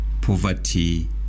poverty